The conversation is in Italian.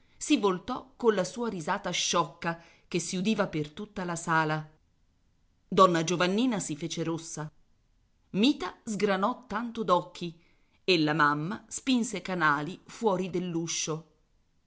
si voltò colla sua risata sciocca che si udiva per tutta la sala donna giovannina si fece rossa mita sgranò tanto d'occhi e la mamma spinse canali fuori dell'uscio